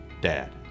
dad